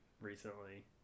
recently